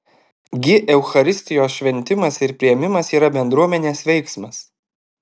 gi eucharistijos šventimas ir priėmimas yra bendruomenės veiksmas